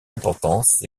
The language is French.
importance